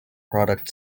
product